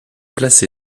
placé